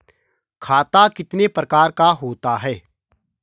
खाता कितने प्रकार का होता है?